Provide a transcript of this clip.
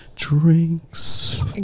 Drinks